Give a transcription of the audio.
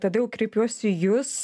todėl kreipiuosi į jus